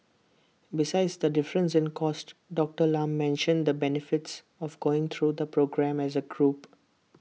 besides the difference in cost Doctor Lam mentioned the benefits of going through the programme as A group